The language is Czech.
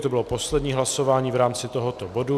To bylo poslední hlasování v rámci tohoto bodu.